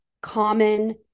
common